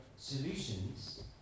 Solutions